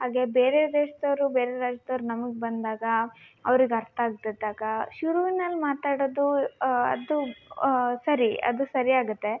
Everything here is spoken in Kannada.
ಹಾಗೆ ಬೇರೆ ದೇಶದವ್ರು ಬೇರೆ ರಾಜ್ಯ್ದವ್ರು ನಮಗೆ ಬಂದಾಗ ಅವ್ರಿಗೆ ಅರ್ಥ ಆಗದೆ ಇದ್ದಾಗ ಶುರುವಿನಲ್ಲಿ ಮಾತಾಡೊದು ಅದು ಸರಿ ಅದು ಸರಿ ಆಗುತ್ತೆ